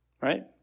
Right